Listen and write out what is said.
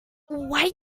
why